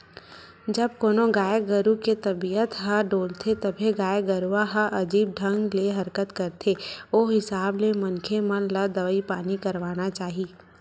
जब कोनो गाय गरु के तबीयत ह डोलथे तभे गाय गरुवा ह अजीब ढंग ले हरकत करथे ओ हिसाब ले मनखे मन ल दवई पानी करवाना चाही